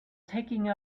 taking